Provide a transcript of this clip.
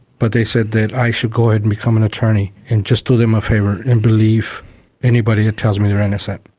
but they said that i should go and become an attorney and just do them a favour and believe anybody that tells me they're innocent,